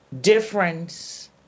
difference